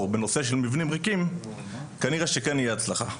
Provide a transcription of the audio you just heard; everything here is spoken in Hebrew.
בנושא של מבנים כנראה שכן יהיה הצלחה,